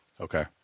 Okay